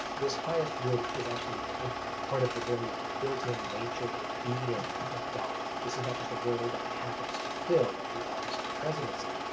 this highest good is actually part of the very built in nature or being of god. this is not just a role god happens to fill, like the office of the presidency.